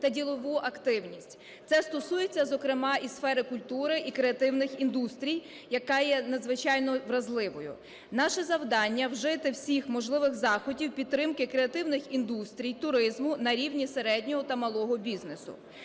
та ділову активність. Це стосується, зокрема, і сфери культури і креативних індустрій, яка є надзвичайно вразливою. Наше завдання – вжити всіх можливих заходів підтримки креативних індустрій туризму на рівні середнього та малого бізнесу.